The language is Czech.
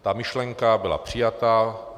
Ta myšlenka byla přijata.